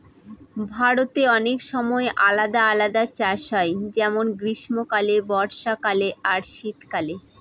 ভারতে অনেক সময় আলাদা আলাদা চাষ হয় যেমন গ্রীস্মকালে, বর্ষাকালে আর শীত কালে